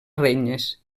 regnes